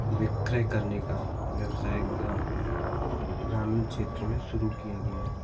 विक्रय करने का व्यवसाय ग्रामीण क्षेत्र में शुरू किया गया है